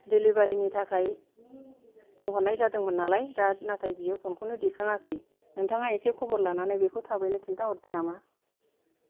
डिलिबारिनि थाखाय बुंहरनाय जादोंमोन नालाय दा नाथाय बियो फनखौनो दिखाङाखै नोंथाङा एसे खबर लानानै बेखौ थाबैनो खिन्थाहरदो नामा